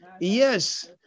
yes